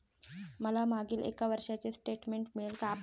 मला मागील एक वर्षाचे स्टेटमेंट मिळेल का?